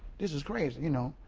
this is great, you know.